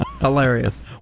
Hilarious